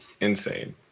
insane